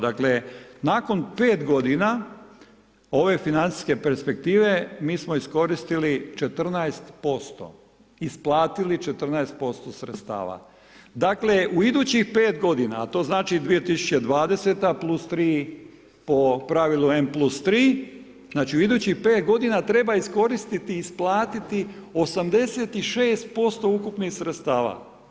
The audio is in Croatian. Dakle nakon 5 g. ove financijske perspektive, mi smo iskoristili 14%, isplatili 14% sredstava, dakle u idućih 5 g. a to znači 2020. plus 3 po pravilu N+3, znači u idućih 5 g. treba iskoristiti i isplatiti 86% ukupnih sredstava.